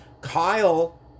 Kyle